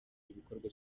ibikorwa